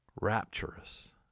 rapturous